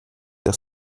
der